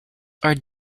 are